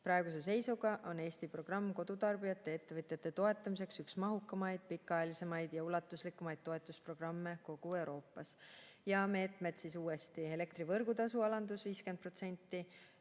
Praeguse seisuga on Eesti programm kodutarbijate ja ettevõtjate toetamiseks üks mahukamaid, pikaajalisemaid ja ulatuslikumaid toetusprogramme kogu Euroopas. Ja [nimetan] meetmed uuesti: elektri võrgutasu alandus 50%;